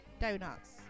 donuts